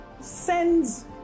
sends